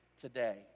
today